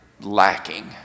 lacking